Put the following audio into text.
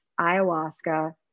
ayahuasca